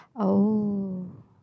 oh